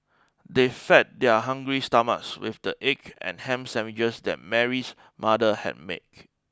they fed their hungry stomachs with the egg and ham sandwiches that Mary's mother had make